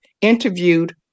interviewed